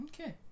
Okay